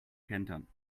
kentern